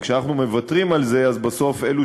כי כשאנחנו מוותרים על זה אז בסוף אלה